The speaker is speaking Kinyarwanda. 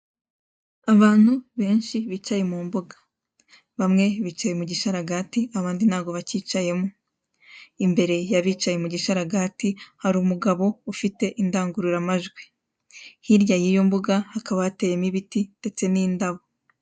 Abantu benshi bicaye mu mbuga, bamwe bicaye mu gisharagati abandi ntago bakicayemo, imbere y'abicaye mu gisharagati hari umugabo ufite indangururamajwi, hirya y'iyo mbuga hakaba hateyemo ibiti ndetse n'indabo.